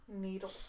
Needle